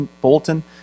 Bolton